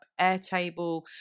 Airtable